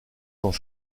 dans